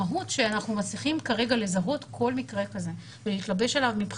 המהות שאנחנו מצליחים כרגע לזהות כל מקרה כזה ולהתלבש עליו,